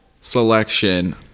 selection